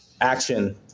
action